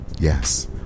yes